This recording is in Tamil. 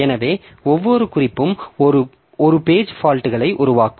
எனவே ஒவ்வொரு குறிப்பும் 1 பேஜ் பால்ட்களை உருவாக்கும்